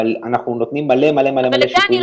אבל אנחנו נותנים מלא מלא מלא שיפויים